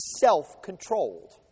self-controlled